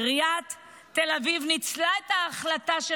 עיריית תל אביב ניצלה את ההחלטה של